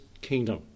kingdom